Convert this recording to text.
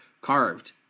carved